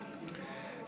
ובא לציון גואל, אתה אומר.